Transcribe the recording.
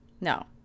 no